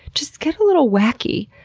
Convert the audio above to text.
just get a little wacky.